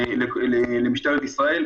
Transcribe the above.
למשטרת ישראל.